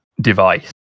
device